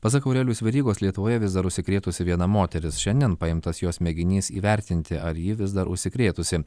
pasak aurelijaus verygos lietuvoje vis dar užsikrėtusi viena moteris šiandien paimtas jos mėginys įvertinti ar ji vis dar užsikrėtusi